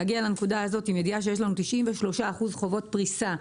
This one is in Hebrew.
להגיע לנקודה הזאת עם ידיעה שיש לנו 93 אחוזים חובות פריסה,